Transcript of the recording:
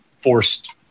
forced